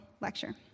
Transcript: lecture